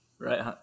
Right